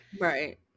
right